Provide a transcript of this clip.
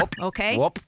Okay